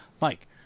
Mike